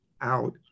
out